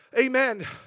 Amen